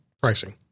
pricing